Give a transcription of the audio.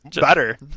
better